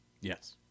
Yes